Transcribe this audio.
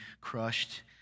crushed